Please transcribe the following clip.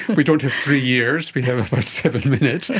we don't have three years, we have about seven minutes.